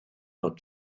not